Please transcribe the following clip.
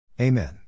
Amen